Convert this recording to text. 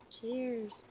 Cheers